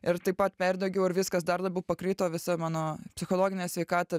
ir taip pat perdegiau ir viskas dar labiau pakrito visa mano psichologinė sveikata